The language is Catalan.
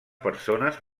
persones